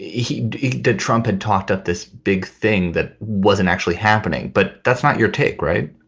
he did. trump had talked up this big thing that wasn't actually happening. but that's not your take, right?